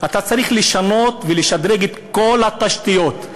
אתה צריך לשנות ולשדרג את כל התשתיות,